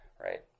Right